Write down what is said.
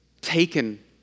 taken